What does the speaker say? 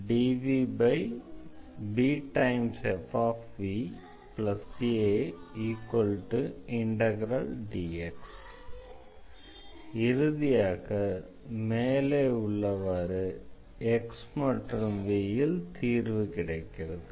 dvdxbfva dvbfva∫dx இறுதியாக மேலே உள்ளவாறு x மற்றும் v ல் தீர்வு கிடைக்கிறது